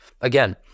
again